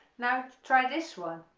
now try this one